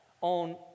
on